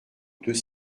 deux